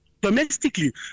domestically